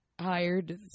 Hired